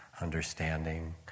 understanding